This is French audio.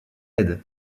aide